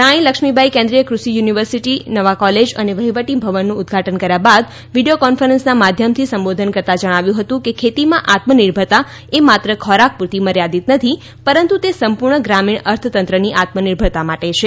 રાણી લક્ષ્મીબાઇ કેન્દ્રિય ફષિ યુનિવર્સિટીના કોલેજ અને વહીવટી મકાનનું ઉદ્દઘાટન કર્યા બાદ વિડિયો કોન્ફરન્સના માધ્યમથી સંબોધન કરતા જણાવ્યું હતું કે ખેતીમાં આત્મનિર્ભરતા એ માત્ર ખોરાક પૂરતી મર્યાદિત નથી પરંતુ તે સંપૂર્ણ ગ્રામીણ અર્થતંત્રની આત્મનિર્ભરતા માટે છે